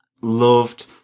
loved